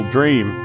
Dream